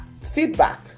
feedback